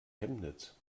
chemnitz